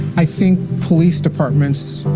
i think police departments,